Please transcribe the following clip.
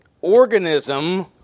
organism